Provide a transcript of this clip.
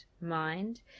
mind